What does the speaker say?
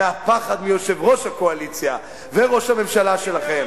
מהפחד מיושב-ראש הקואליציה וראש הממשלה שלכם.